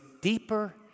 deeper